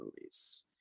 movies